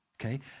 okay